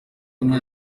ubumwe